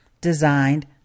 designed